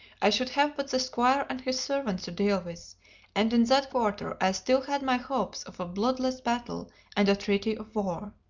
i should have but the squire and his servants to deal with and in that quarter i still had my hopes of a bloodless battle and a treaty of war.